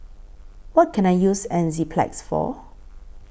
What Can I use Enzyplex For